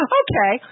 okay